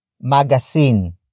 Magazine